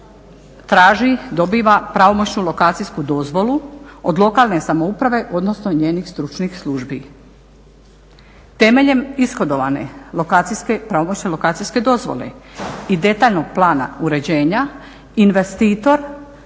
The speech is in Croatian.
traži, dobiva pravomoćnu lokacijsku dozvolu od lokalne samouprave, odnosno njenih stručnih službi. Temeljem ishodovane pravomoćne lokacijske dozvole i detaljnog plana uređenja, investitor